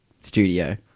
studio